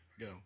Go